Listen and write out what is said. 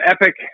epic